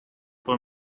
for